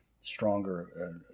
stronger